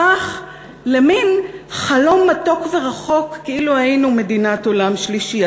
הפכה למין חלום מתוק ורחוק כאילו היינו מדינת עולם שלישי?